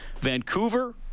Vancouver